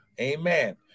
Amen